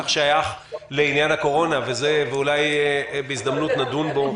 כך שייך לעניין הקורונה ואולי בהזדמנות נדון בו,